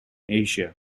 asia